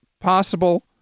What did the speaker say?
Possible